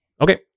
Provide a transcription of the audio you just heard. Okay